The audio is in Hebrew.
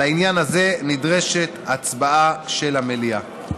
על העניין הזה נדרשת הצבעה של המליאה.